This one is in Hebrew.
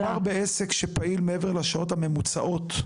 כשמדובר בעסק הפעיל מעבר לשעות הממוצעות,